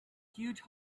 huge